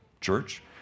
church